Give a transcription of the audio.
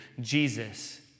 Jesus